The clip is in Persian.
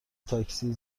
تاکسی